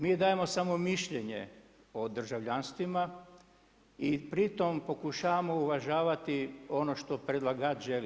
Mi dajemo samo mišljenje o državljanstvima i pritom pokušavamo uvažavati ono što predlagač želi.